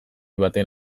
baten